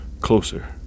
closer